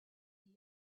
hear